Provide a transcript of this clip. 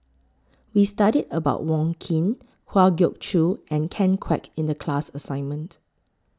We studied about Wong Keen Kwa Geok Choo and Ken Kwek in The class assignment